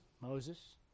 Moses